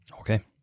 Okay